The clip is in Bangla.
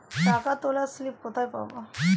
টাকা তোলার স্লিপ কোথায় পাব?